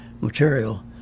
material